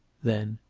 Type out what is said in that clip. then,